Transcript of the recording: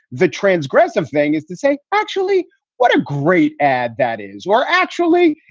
the transgressive thing is to say actually what a great ad that is. or actually,